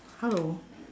hello